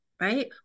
right